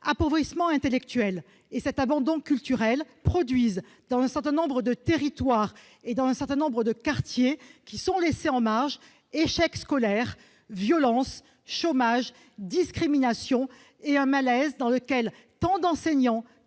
appauvrissement intellectuel et cet abandon culturel produisent, dans un certain nombre de territoires et de quartiers laissés en marge, échec scolaire, violence, chômage, discrimination et un malaise dans lequel tant d'enseignants,